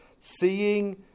seeing